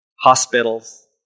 hospitals